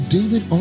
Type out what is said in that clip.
David